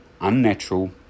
unnatural